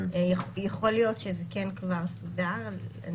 יכול להיות שזה כבר סודר.